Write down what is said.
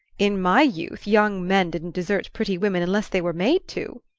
in my youth young men didn't desert pretty women unless they were made to!